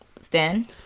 Stan